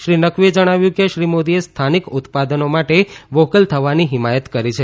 શ્રી નકવીએ જણાવ્યું કે શ્રી મોદીએ સ્થાનિક ઉત્પાદનો માટે વોકલ થવાની હિમાયત કરી છે